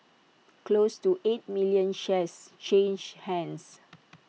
close to eight million shares changed hands